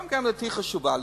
גם עמדתי חשובה לי,